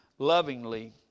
lovingly